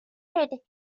curd